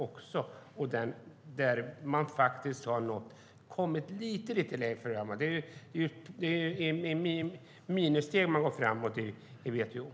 Man har faktiskt nått lite längre fram. Man går framåt med ministeg i WTO.